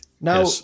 Now